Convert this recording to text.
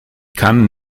kann